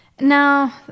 Now